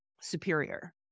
superior